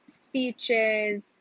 speeches